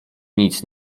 nic